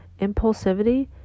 impulsivity